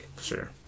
Sure